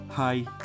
Hi